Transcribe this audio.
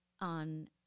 on